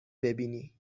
ببینی